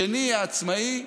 השני, העצמאי,